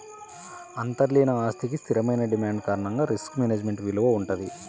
అంతర్లీన ఆస్తికి స్థిరమైన డిమాండ్ కారణంగా రిస్క్ మేనేజ్మెంట్ విలువ వుంటది